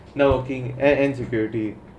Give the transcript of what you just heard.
now looking end security